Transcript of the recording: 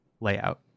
layout